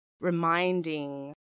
reminding